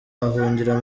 ahungira